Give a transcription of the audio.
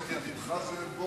כפי שכולנו זוכרים,